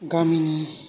गामिनि